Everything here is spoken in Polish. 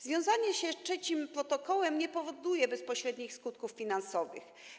Związanie się z Trzecim Protokołem nie powoduje bezpośrednich skutków finansowych.